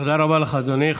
תודה רבה לך, אדוני.